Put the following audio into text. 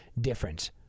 difference